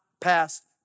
passed